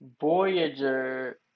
Voyager